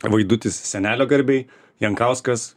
vaidutis senelio garbei jankauskas